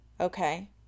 Okay